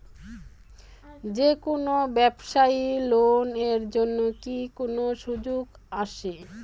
যে কোনো ব্যবসায়ী লোন এর জন্যে কি কোনো সুযোগ আসে?